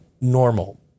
normal